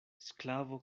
sklavo